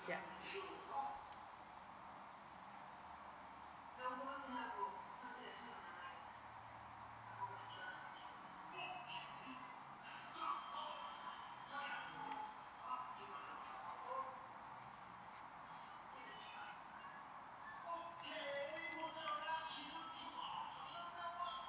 yup